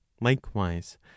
Likewise